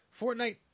Fortnite